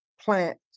plant